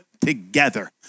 together